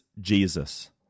Jesus